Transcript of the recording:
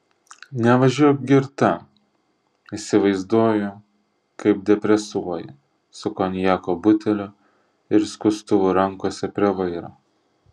nevažiuok girta įsivaizduoju kaip depresuoji su konjako buteliu ir skustuvu rankose prie vairo